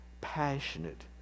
passionate